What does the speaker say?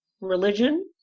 religion